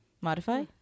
Modify